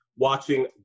watching